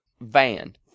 van